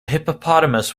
hippopotamus